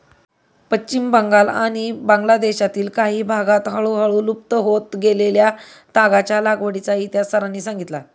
पश्चिम बंगाल आणि बांगलादेशातील काही भागांत हळूहळू लुप्त होत गेलेल्या तागाच्या लागवडीचा इतिहास सरांनी सांगितला